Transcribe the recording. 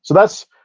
so that's,